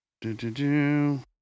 Do-do-do